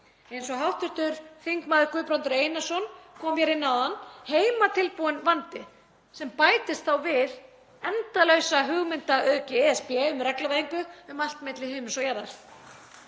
Eins og hv. þm. Guðbrandur Einarsson kom inn á áðan; heimatilbúinn vandi sem bætist þá við endalausa hugmyndaauðgi ESB um regluvæðingu um allt milli himins og jarðar.